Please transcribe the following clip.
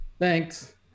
Thanks